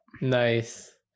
nice